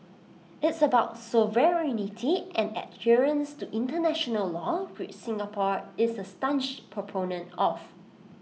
it's about sovereignty and adherence to International law which Singapore is A staunch proponent of